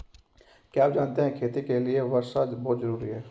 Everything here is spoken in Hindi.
क्या आप जानते है खेती के लिर वर्षा बहुत ज़रूरी है?